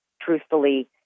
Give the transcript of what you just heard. truthfully